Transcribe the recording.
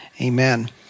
Amen